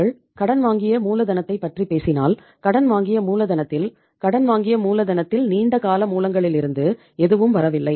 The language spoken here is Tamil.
நீங்கள் கடன் வாங்கிய மூலதனத்தைப் பற்றி பேசினால் கடன் வாங்கிய மூலதனத்தில் கடன் வாங்கிய மூலதனத்தில் நீண்ட கால மூலங்களிலிருந்து எதுவும் வரவில்லை